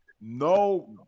No